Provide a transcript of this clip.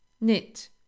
Knit